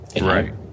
Right